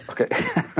okay